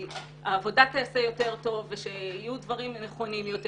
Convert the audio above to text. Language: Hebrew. שהעבודה תיעשה יותר טוב ושיהיו דברים נכונים יותר.